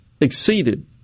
exceeded